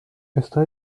está